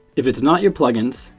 if it's not your plugins,